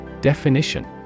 Definition